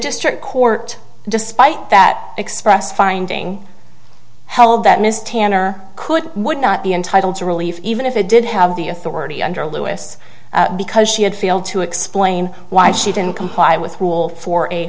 district court despite that expressed finding held that ms tanner could would not be entitled to relief even if it did have the authority under louis because she had failed to explain why she didn't comply with rule for a